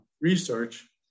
research